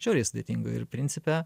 žiauriai sudėtinga ir principe